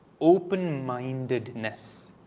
open-mindedness